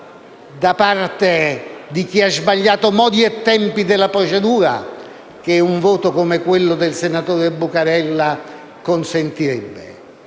da parte di chi ha sbagliato modi e tempi della procedura, che un voto come quello del senatore Buccarella consentirebbe,